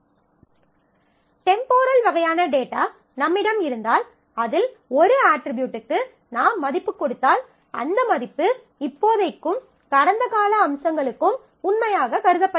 temporal வகையான data நம்மிடம் இருந்தால் அதில் ஒரு அட்ரிபியூட்க்கு நாம் மதிப்புக் கொடுத்தால் அந்த மதிப்பு இப்போதைக்கும் கடந்த கால அம்சங்களுக்கும் உண்மையாக கருதப்படுகிறது